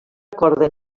acorda